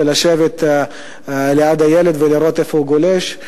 לשבת ליד הילד ולראות איפה הוא גולש.